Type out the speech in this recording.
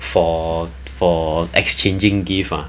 for for exchanging gift ah